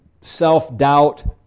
self-doubt